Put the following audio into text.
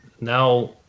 now